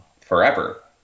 forever